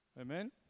Amen